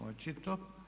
Očito.